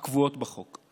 הקבועות בחוק.